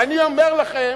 ואני אומר לכם,